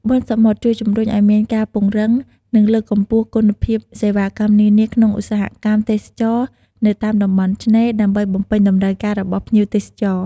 បុណ្យសមុទ្រជួយជំរុញឲ្យមានការពង្រឹង និងលើកកម្ពស់គុណភាពសេវាកម្មនានាក្នុងឧស្សាហកម្មទេសចរណ៍នៅតាមតំបន់ឆ្នេរ ដើម្បីបំពេញតម្រូវការរបស់ភ្ញៀវទេសចរ។